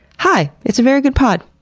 hi! it's a very good pod!